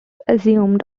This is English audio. assumed